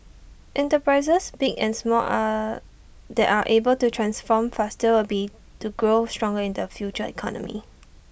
enterprises big and small are that are able to transform faster will be to grow stronger in the future economy